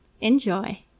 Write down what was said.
Enjoy